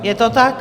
Je to tak?